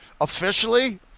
officially